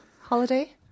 holiday